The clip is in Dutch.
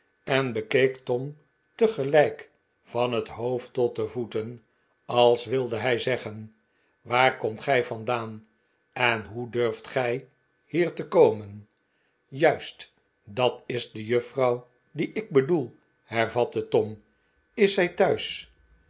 en bekeek tom tegelijk van het hoofd tot de voeten als wilde hij zeggen waar komt gij vandaan en hoe durft gij hier te komen juist dat is de juffrouw die ik bedoel hervatte tom is zij thuis